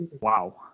Wow